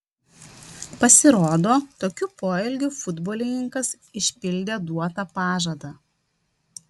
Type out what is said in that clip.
pasirodo tokiu poelgiu futbolininkas išpildė duotą pažadą